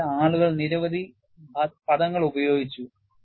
അതിനാൽ ആളുകൾ നിരവധി പദങ്ങൾ ഉപയോഗിച്ചു